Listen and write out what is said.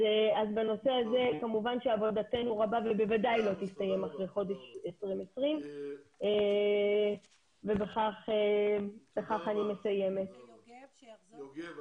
בנושא הזה כמובן שעבודתנו רבה ובוודאי לא תסתיים אחרי חודש 2020. יוגב,